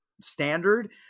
standard